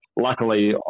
Luckily